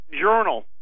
Journal